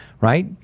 right